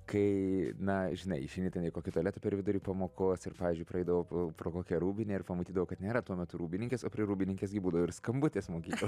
kai na žinai išeini ten į kokį tualetą per vidurį pamokos ir pavyzdžiui praeidavau pro pro kokią rūbinę ir pamatydavau kad nėra tuo metu rūbininkės o prie rūbininkės gi būdavo ir skambutis mokykloj